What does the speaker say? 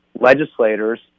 legislators